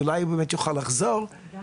הראל